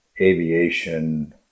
aviation